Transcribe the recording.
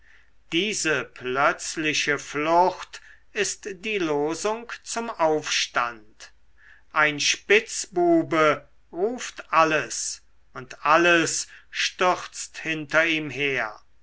diese plötzliche flucht ist die losung zum aufstand ein spitzbube ruft alles und alles stürzt hinter ihm her